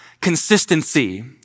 consistency